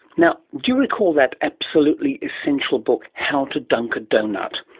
now, do you recall that absolutely essential book how to dunk a doughnut?